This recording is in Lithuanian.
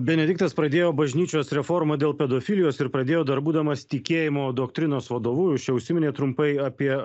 benediktas pradėjo bažnyčios reformą dėl pedofilijos ir pradėjo dar būdamas tikėjimo doktrinos vadovu jūs čia užsiminėt trumpai apie